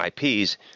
IPs